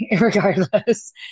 regardless